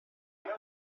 per